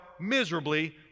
miserably